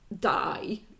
die